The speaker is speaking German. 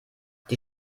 die